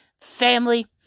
family